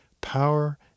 power